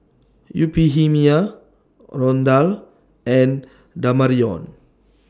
Euphemia Rondal and Damarion